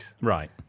Right